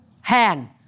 hand